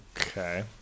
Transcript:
Okay